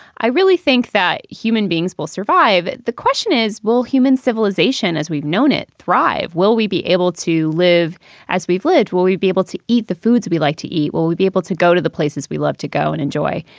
i really think that human beings will survive. the question is, will human civilization, as we've known it, thrive? will we be able to live as we live? will we be able to eat the foods we like to eat? will we be able to go to the places we love to go and enjoy?